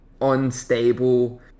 unstable